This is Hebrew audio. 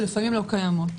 שלפעמים לא קיימות.